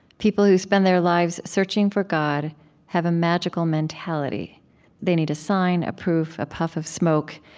people who spend their lives searching for god have a magical mentality they need a sign, a proof, a puff of smoke,